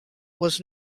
was